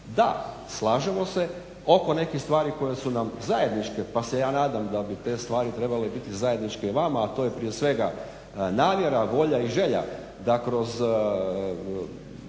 Da, slažemo se oko nekih stvari koje su nam zajedničke, pa se ja nadam da bi te stvari trebale biti zajedničke i vama. A to je prije svega namjera, volja i želja da kroz